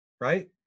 right